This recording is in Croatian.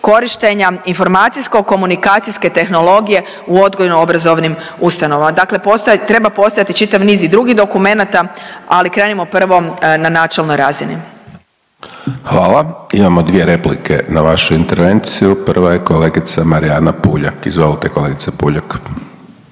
korištenja informacijsko-komunikacijske tehnologije u odgojno-obrazovnim ustanovama. Dakle, treba postojati čitav niz i drugih dokumenata, ali krenimo prvo na načelne razine. **Hajdaš Dončić, Siniša (SDP)** Hvala. Imamo dvije replike na vašu intervenciju. Prva je kolegica Marijana Puljak. Izvolite kolegice Puljak.